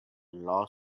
law